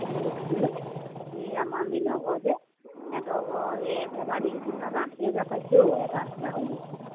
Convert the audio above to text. দেখিছিলোঁ সেই আমাৰ মিনৰ ঘৰ যে সিহঁতৰ ঘৰত সেই এবাৰ দেখিছিলোঁ আশী হেজাৰ পাইছে অ' এটা গাহৰি বেছি